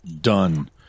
done